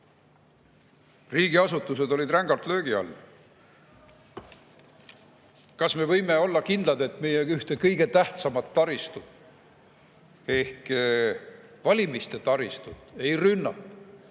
riigiasutused rängalt löögi all. Kas me võime olla kindlad, et meie ühte kõige tähtsamat taristut ehk valimiste taristut ei rünnata